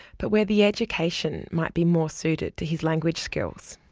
but where the education might be more suited to his language skills.